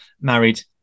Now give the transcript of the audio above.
married